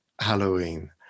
Halloween